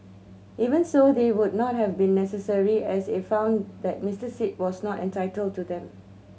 even so they would not have been necessary as it found that Mister Sit was not entitled to them